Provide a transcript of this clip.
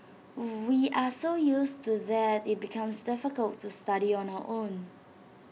we are so used to that IT becomes difficult to study on our own